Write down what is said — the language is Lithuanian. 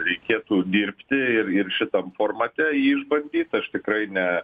reikėtų dirbti ir ir šitam formate jį išbandyt aš tikrai ne